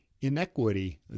Inequity